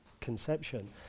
conception